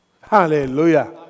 Hallelujah